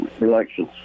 elections